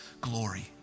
glory